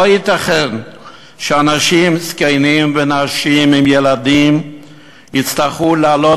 לא ייתכן שאנשים זקנים ונשים עם ילדים יצטרכו לעלות